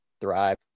thrive